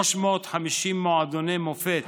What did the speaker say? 350 מועדוני מופת